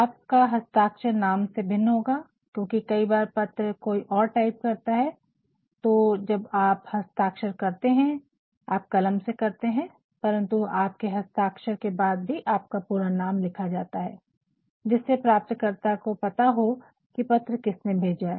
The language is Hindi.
आपका हस्ताक्षर नाम से भिन्न होगा क्योंकि कई बार पत्र कोई और टाइप करता है तो जब आप हस्ताक्षर करते है आप कलम से करते है परन्तु आपके हस्ताक्षर के बाद भी आपका पूरा नाम लिखा जाता है जिससे प्राप्तकर्ता को पता हो की पत्र किसने भेजा है